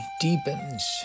Deepens